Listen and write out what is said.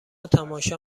تماشا